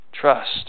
Trust